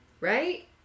right